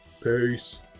Peace